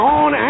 on